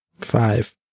Five